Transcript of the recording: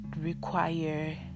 require